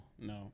no